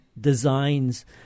designs